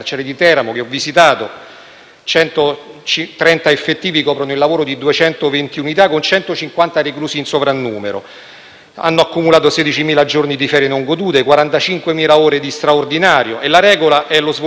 130 effettivi coprono il lavoro di 220 unità, con 150 reclusi in sovrannumero. Hanno accumulato 16.000 giorni di ferie non godute, 45.000 ore di straordinario e la regola è lo svolgimento di turni massacranti,